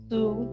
Two